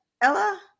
Ella